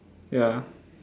ya